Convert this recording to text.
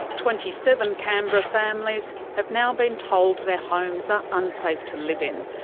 twenty seven canberra families have now been told their homes are unsafe to live in.